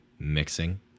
mixing